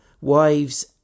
wives